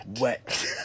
Wet